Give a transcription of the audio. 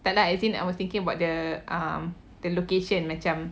tak lah as in actually I was thinking about the um the location macam